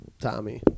Tommy